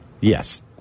Yes